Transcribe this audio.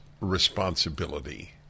responsibility